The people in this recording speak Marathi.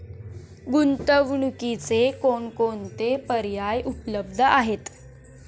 गुंतवणुकीचे कोणकोणते पर्याय उपलब्ध आहेत?